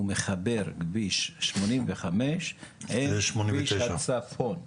הוא מחבר כביש 85 אל כביש הצפון.